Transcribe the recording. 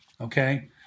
Okay